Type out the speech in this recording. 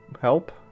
help